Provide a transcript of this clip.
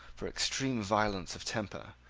for extreme violence of temper,